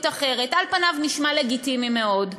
אחרת; על פניו זה נשמע לגיטימי מאוד,